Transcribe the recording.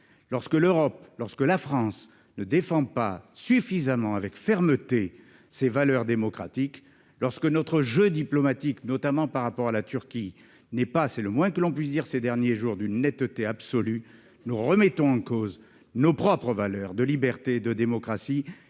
Lorsque l'Europe et la France ne défendent pas avec suffisamment de fermeté les valeurs démocratiques, lorsque notre jeu diplomatique, notamment par rapport à la Turquie, n'est pas d'une netteté absolue- c'est le moins que l'on puisse dire ces derniers jours -, nous remettons en cause nos propres valeurs de liberté et de démocratie.